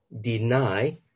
deny